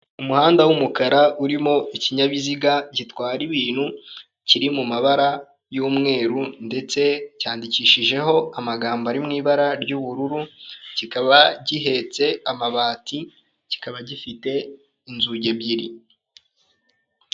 Umuhanda w'umukara urimo ikinyabiziga gitwara ibintu kiri mu mabara y'umweru ndetse cyandikishijeho amagambo ari mu ibara ry'ubururu kikaba gihetse amabati kikaba gifite inzugi ebyiri.